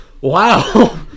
Wow